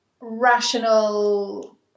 rational